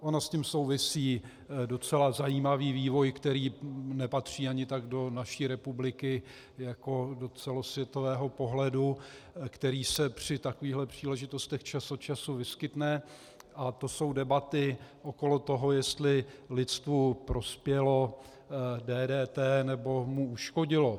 S tím souvisí docela zajímavý vývoj, který nepatří ani tak do naší republiky jako do celosvětového pohledu, který se při takových příležitostech čas od času vyskytne, a to jsou debaty okolo toho, jestli lidstvu prospělo DDT, nebo mu uškodilo.